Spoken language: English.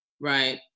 right